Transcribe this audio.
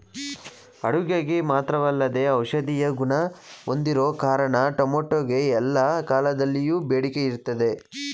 ಅಡುಗೆಗೆ ಮಾತ್ರವಲ್ಲದೇ ಔಷಧೀಯ ಗುಣ ಹೊಂದಿರೋ ಕಾರಣ ಟೊಮೆಟೊಗೆ ಎಲ್ಲಾ ಕಾಲದಲ್ಲಿಯೂ ಬೇಡಿಕೆ ಇರ್ತದೆ